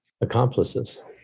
accomplices